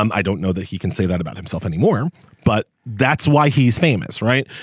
um i don't know that he can say that about himself anymore but that's why he's famous right.